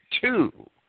two